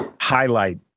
highlight